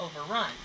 overrun